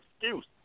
excuse